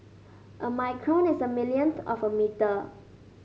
a micron is a millionth of a metre